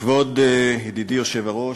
כבוד ידידי היושב-ראש,